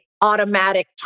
automatic